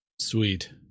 sweet